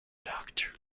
doctor